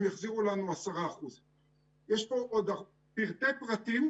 הם יחזירו לנו 10%. יש עוד הרבה פרטי פרטים,